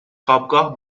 خوابگاه